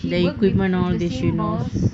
the equipment all these she knows